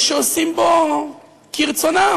יש עושים בו כרצונם.